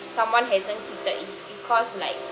someone hasn't is because like